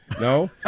No